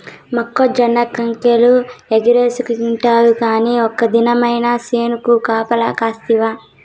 మొక్కజొన్న కండెలు ఎగరేస్కతింటివి కానీ ఒక్క దినమైన చేనుకు కాపలగాస్తివా